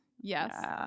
Yes